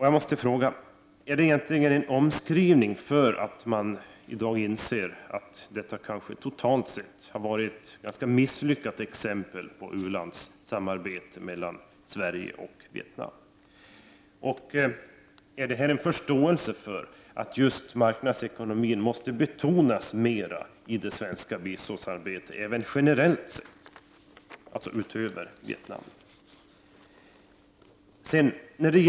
Jag måste fråga: Är det en omskrivning för att man i dag inser att detta kanske totalt sett har varit ett ganska misslyckat u-landssamarbete mellan Sverige och Vietnam? Innebär det här en förståelse för att marknadsekonomin måste betonas mer i det svenska biståndsarbetet, även generellt sett, dvs. utöver vad som gäller Vietnam?